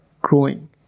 growing